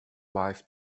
wife